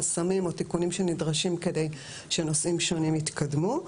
חסמים או תיקונים שנדרשים כדי שנושאים שונים יתקדמו.